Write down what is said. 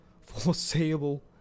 foreseeable